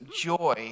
joy